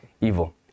evil